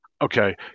okay